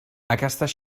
aquestes